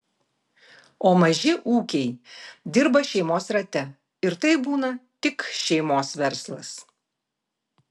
o maži ūkiai dirba šeimos rate ir tai būna tik šeimos verslas